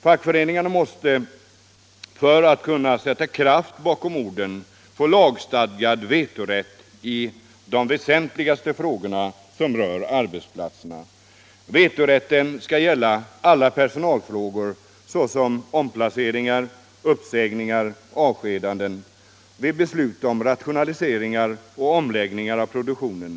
Fackföreningarna måste för att kunna sätta kraft bakom orden få lagstadgad vetorätt i de väsentligaste frågorna som rör arbetsplatserna. Vetorätten skall gälla alla personalfrågor, såsom omplaceringar, uppsägningar och avskedanden vid beslut om rationaliseringar och omläggningar av produktionen.